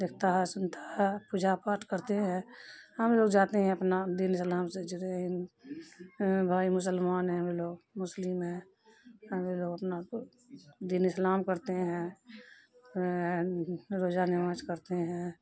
دیکھتا ہے سنتا ہے پوجا پاٹھ کرتے ہیں ہم لوگ جاتے ہیں اپنا دین اسلام سے جڑے ہیں بھائی مسلمان ہیں ہم لوگ مسلم ہیں ہمیں لوگ اپنا دین اسلام کرتے ہیں روزہ نماز کرتے ہیں